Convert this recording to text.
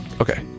Okay